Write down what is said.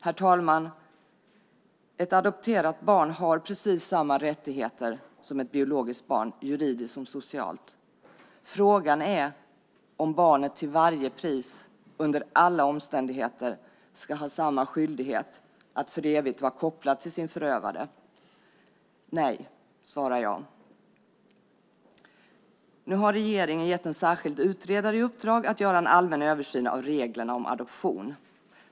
Herr talman! Ett adopterat barn har precis samma rättigheter som ett biologiskt barn, såväl juridiskt som socialt. Frågan är om barnet till varje pris och under alla omständigheter ska ha samma skyldighet att för evigt vara kopplat till sin förövare. Nej, svarar jag. Regeringen har gett en särskild utredare i uppdrag att göra en allmän översyn av reglerna om adoption.